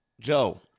Joe